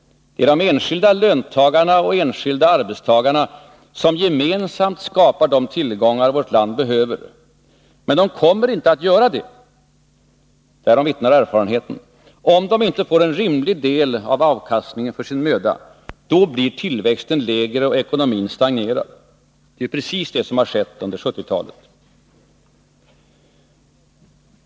Det är de enskilda löntagarna och enskilda arbetstagarna som gemensamt skapar de tillgångar vårt land behöver. Men de kommer inte att göra det — därom vittnar erfarenheter — om de inte får en rimlig del av avkastningen för sin möda. Då blir tillväxten lägre och ekonomin stagnerar. Det är precis detta som skett under 1970-talet.